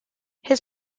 his